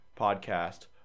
podcast